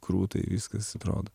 krutai viskas atrodo